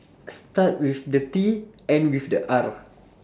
start with the T end with the R